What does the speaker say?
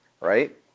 right